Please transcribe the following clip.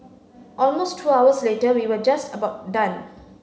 almost two hours later we were just about done